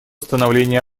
становления